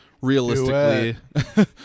realistically